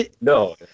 no